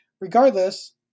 Regardless